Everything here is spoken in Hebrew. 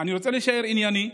אני רוצה להישאר ענייני.